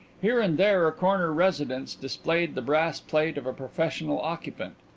here and there a corner residence displayed the brass plate of a professional occupant,